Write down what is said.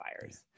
fires